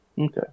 Okay